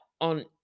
on